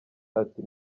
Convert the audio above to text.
ati